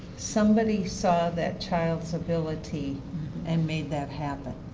somebody saw that child's ability and made that happen.